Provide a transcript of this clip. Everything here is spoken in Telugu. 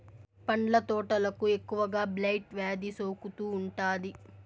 పండ్ల తోటలకు ఎక్కువగా బ్లైట్ వ్యాధి సోకుతూ ఉంటాది